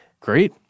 Great